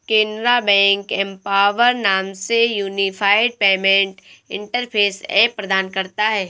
Canara bank empower नाम से unified payment interface app प्रदान करता हैं